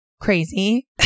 crazy